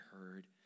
heard